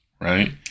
right